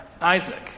Isaac